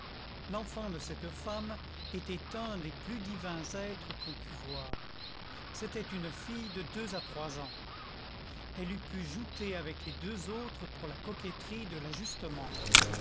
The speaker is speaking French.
l'enfant de cette femme était un des plus divins êtres qu'on pût voir c'était une fille de deux à trois ans elle eût pu jouter avec les deux autres pour la coquetterie de l'ajustement